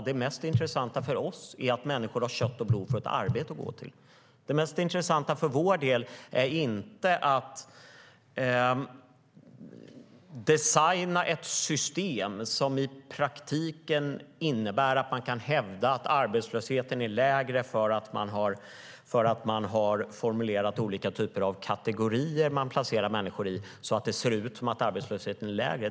Det mest intressanta för oss är att människor av kött och blod får ett arbete att gå till. Det mest intressanta för vår del är inte att designa ett system som i praktiken innebär att man kan hävda att arbetslösheten är lägre för att man har formulerat olika kategorier att placera människor i så att det ser ut som om arbetslösheten är lägre.